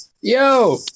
Yo